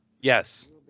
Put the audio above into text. Yes